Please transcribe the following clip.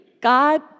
God